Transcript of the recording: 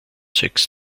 sechs